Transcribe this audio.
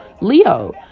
leo